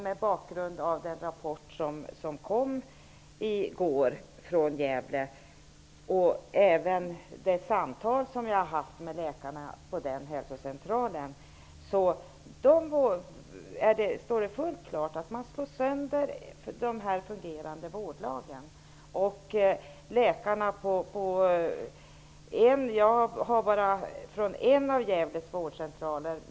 Mot bakgrund av den rapport som kom i går från Gävle och av de samtal som jag haft med läkarna på nämnda hälsocentral kan jag säga att det står fullt klart att man slår sönder fungerande vårdlag. Jag har bara uppgifter från en av Gävles vårdcentraler.